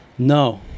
No